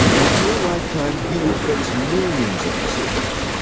in your lifetime, you will face millions of decisions.